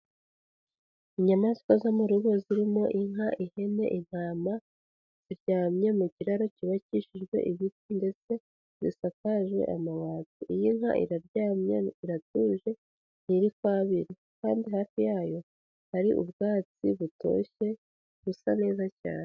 Inyamaswa zo mu rugo zirimo inka, ihene, intama. Ziryamye mu kiraro cyubakishijwe ibiti ndetse zisakajwe amababi. Iyi nka iraryamye, iratuje ntiri kwabira. Kandi hafi yayo, hari ubwatsi butoshye, busa neza cyane.